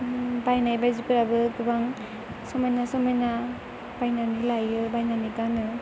बायनाय बायदिफोराबो गोबां समायना समायना बायनानै लायो बायनानै गानो